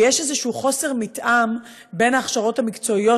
ויש איזשהו חוסר מתאם בין ההכשרות המקצועיות